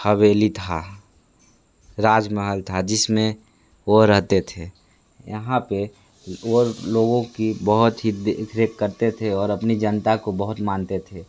हवेली था राजमहल था जिसमें वो रहते थे यहाँ पे वो लोगों की बहुत ही देखा करते थे और अपनी जनता को बहुत मानते थे